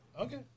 Okay